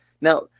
Now